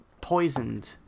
poisoned